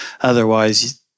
Otherwise